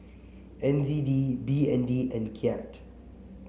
N Z D B N D and Kyat